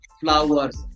flowers